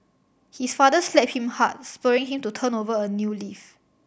his father slapped him hard spurring him to turn over a new leaf